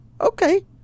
okay